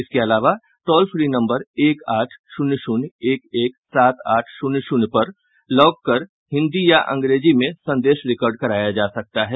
इसके अलावा toll free number एक आठ शून्य शून्य एक एक सात आठ शून्य शून्य पर कॉल करके हिन्दी या अंग्रेजी में संदेश रिकार्ड कराया जा सकता है